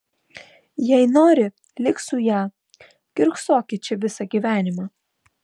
jei nori lik su ja kiurksokit čia visą gyvenimą